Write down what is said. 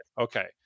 Okay